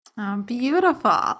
Beautiful